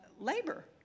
labor